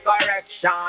correction